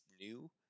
new